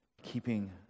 keeping